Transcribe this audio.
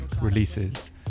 releases